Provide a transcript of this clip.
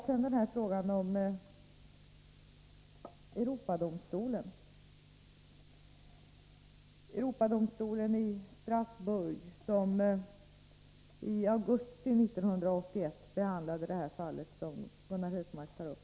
Så till frågan om Europadomstolen i Strasbourg, som i augusti 1981 behandlade det fall som Gunnar Hökmark tagit upp.